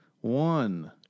One